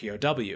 POW